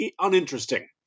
uninteresting